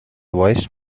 voiced